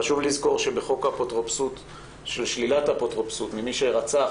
חשוב לזכור שבחוק לשלילת האפוטרופסות ממי שרצח,